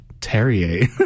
Terrier